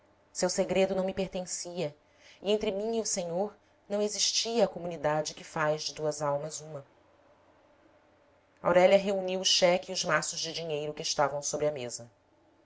seu segredo não me pertencia e entre mim e o senhor não existia a comunidade que faz de duas almas uma aurélia reuniu o cheque e os maços de dinheiro que estavam sobre a mesa